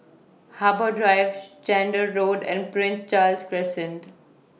Harbour Drive Chander Road and Prince Charles Crescent